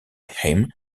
him